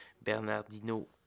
bernardino